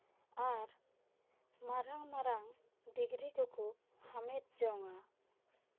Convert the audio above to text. ᱟᱨ ᱢᱟᱨᱟᱝ ᱢᱟᱨᱟᱝ ᱰᱤᱜᱽᱨᱤ ᱠᱚᱠᱚ ᱦᱟᱢᱮᱴ ᱡᱚᱝᱟ